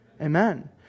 Amen